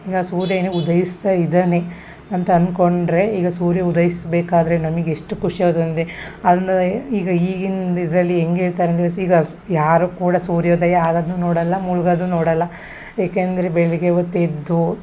ಈಗ ಸೂರ್ಯನು ಉದಯಿಸ್ತಾ ಇದ್ದಾನೆ ಅಂತ ಅನ್ಕೊಂಡರೆ ಈಗ ಸೂರ್ಯ ಉದಯಿಸಬೇಕಾದ್ರೆ ನಮ್ಗೆ ಎಷ್ಟು ಖುಷಿಯಾಗುದಂದರೆ ದಾನ್ನು ಈಗ ಈಗಿನ್ ಇದರಲ್ಲಿ ಹೆಂಗ್ ಹೇಳ್ತಾರ್ ಅಂದರೆ ಸಿಗಾಸ್ ಯಾರೂ ಕೂಡ ಸೂರ್ಯೋದಯ ಆಗೋದ್ನು ನೋಡಲ್ಲ ಮುಳ್ಗೋದು ನೋಡಲ್ಲ ಏಕೆ ಅಂದರೆ ಬೆಳಗ್ಗೆ ಹೊತ್ ಎದ್ದು